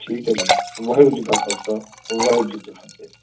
ਠੀਕ ਹੈ ਜੀ ਵਾਹਿਗੁਰੂ ਜੀ ਕਾ ਖਾਲਸਾ ਵਾਹਿਗੁਰੂ ਜੀ ਕੀ ਫਤਿਹ